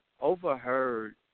overheard